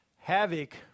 havoc